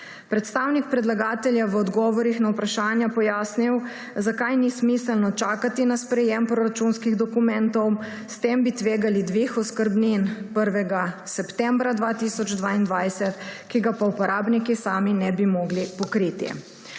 Predstavnik predlagatelja je v odgovorih na vprašanja pojasnil, zakaj ni smiselno čakati na sprejetje proračunskih dokumentov. S tem bi tvegali dve oskrbnini 1. septembra 2022, česar pa uporabniki sami ne bi mogli pokriti.